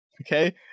okay